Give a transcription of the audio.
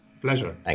pleasure